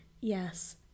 yes